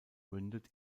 mündet